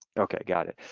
okay, got it.